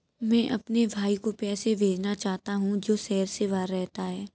मैं अपने भाई को पैसे भेजना चाहता हूँ जो शहर से बाहर रहता है